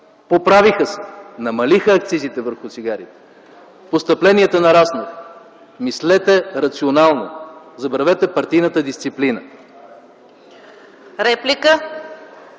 Поправиха се – намалиха акцизите върху цигарите – постъпленията нараснаха. Мислете рационално! Забравете партийната дисциплина.